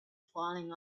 falling